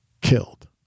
killed